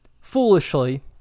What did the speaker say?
Foolishly